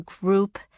group